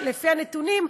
לפי הנתונים,